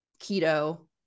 keto